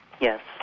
Yes